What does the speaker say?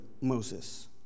Moses